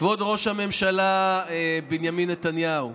כבוד ראש הממשלה בנימין נתניהו,